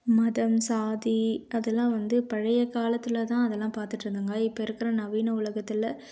மதம் சாதி அதெல்லாம் வந்து பழைய காலத்தில் தான் அதெல்லாம் பார்த்துட்ருந்தாங்க இப்போ இருக்கிற நவீன உலகத்தில்